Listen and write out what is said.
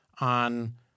on